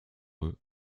eux